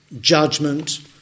judgment